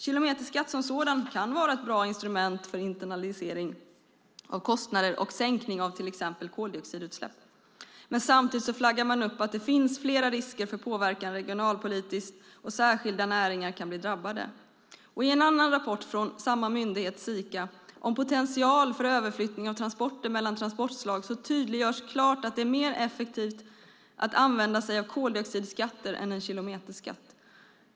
Kilometerskatt som sådan kan vara ett bra instrument för internalisering av kostnader och sänkning av till exempel koldioxidutsläpp. Samtidigt flaggar man för att det finns flera risker för påverkan regionalpolitiskt och att särskilda näringar kan bli drabbade. I en annan rapport från samma myndighet, Sika, om potentialen för överflyttning av transporter mellan transportslag tydliggörs klart att det är mer effektivt att använda sig av koldioxidskatter än av en kilometerskatt.